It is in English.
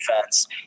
defense